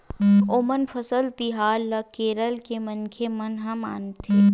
ओनम फसल तिहार ल केरल के मनखे मन ह मनाथे